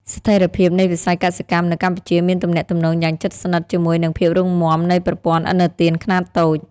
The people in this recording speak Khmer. ស្ថិរភាពនៃវិស័យកសិកម្មនៅកម្ពុជាមានទំនាក់ទំនងយ៉ាងជិតស្និទ្ធជាមួយនឹងភាពរឹងមាំនៃប្រព័ន្ធឥណទានខ្នាតតូច។